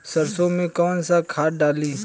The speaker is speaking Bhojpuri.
सरसो में कवन सा खाद डाली?